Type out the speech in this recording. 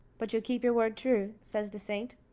but you'll keep your word true, says the saint.